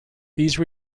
these